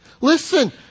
Listen